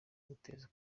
guteza